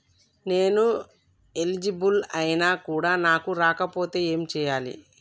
నేను ఎలిజిబుల్ ఐనా కూడా నాకు రాకపోతే ఏం చేయాలి?